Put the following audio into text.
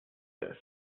this